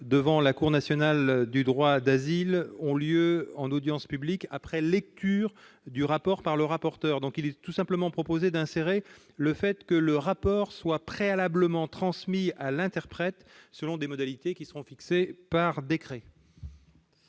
devant la Cour nationale du droit d'asile ont lieu en audience publique, après lecture du rapport par le rapporteur. Il est tout simplement proposé de prévoir la transmission préalable dudit rapport à l'interprète, selon des modalités qui seront fixées par décret.